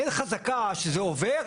אין חזקה שזה עובר,